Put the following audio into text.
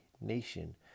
nation